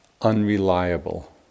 unreliable